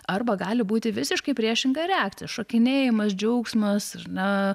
arba gali būti visiškai priešinga reakcija šokinėjimas džiaugsmas ir na